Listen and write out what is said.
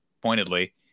pointedly